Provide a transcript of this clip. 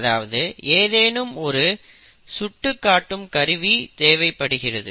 அதாவது ஏதேனும் ஒரு சுட்டி காட்டும் கருவி தேவைப்படுகிறது